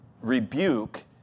rebuke